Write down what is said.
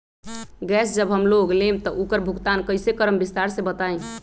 Gas जब हम लोग लेम त उकर भुगतान कइसे करम विस्तार मे बताई?